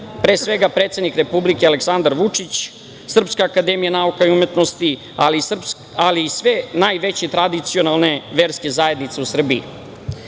pre svega predsednik Republike Aleksandar Vučić, Srpska akademija nauka i umetnosti, ali i sve najveće tradicionalne verske zajednice u Srbiji. Na